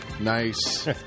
Nice